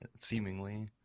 seemingly